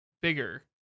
bigger